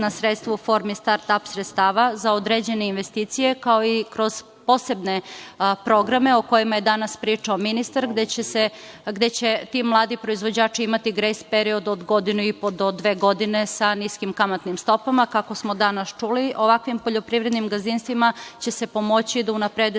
sredstva u formi star-ap sredstava za određene investicije, kao i kroz posebne programe o kojima je danas pričao ministar, gde će ti mladi proizvođači imati grejs period od godinu i po do dve godine sa niskim kamatnim stopama, kako smo danas čuli, ovakvim poljoprivrednim gazdinstvima će se pomoći da unaprede